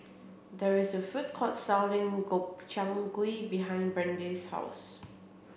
there is a food court selling Gobchang Gui behind Brande's house